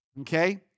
okay